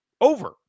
over